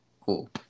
Cool